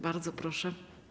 Bardzo proszę.